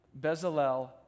Bezalel